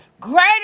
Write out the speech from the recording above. Greater